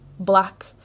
black